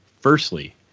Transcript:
firstly